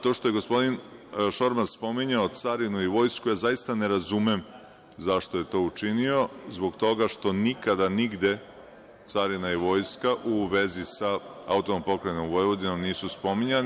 To što je gospodin Šormaz spominjao carinu i vojsku, ja zaista ne razumem zašto je to učinio, zbog toga što nikada nigde carina i vojska u vezi sa AP Vojvodinom, nisu spominjani.